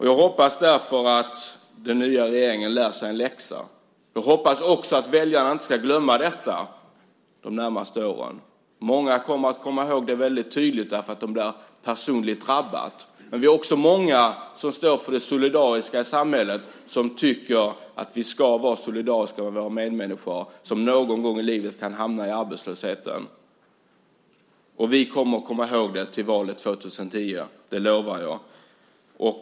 Jag hoppas därför att den nya regeringen lär sig en läxa. Jag hoppas också att väljarna inte ska glömma detta de närmaste åren. Många kommer att komma ihåg det väldigt tydligt eftersom de blir personligt drabbade. Vi är också många som står för det solidariska samhället och tycker att vi ska vara solidariska med våra medmänniskor som någon gång kan hamna i arbetslöshet. Vi kommer att komma ihåg detta till valet 2010 - det lovar jag!